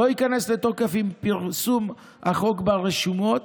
לא ייכנס לתוקף עם פרסום החוק ברשומות,